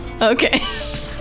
okay